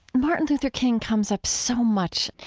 martin luther king comes up so much,